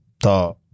thought